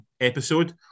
episode